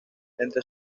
entre